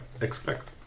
expect